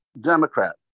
Democrat